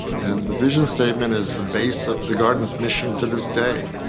and the vision statement is the base of the garden's mission to this day.